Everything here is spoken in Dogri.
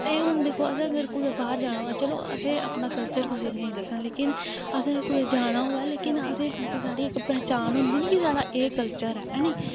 ते हून दिक्खो अगर असें कुतै बाह्र जाना होऐ तां चलो असें अपना कल्चर कुसै ई नेईं दस्सना लेकिन असें कुतै जाना होऐ लेकिन असें ईं कुसै ई पंछान होंदी निं साढ़ा एह् कल्चर ऐ हैनी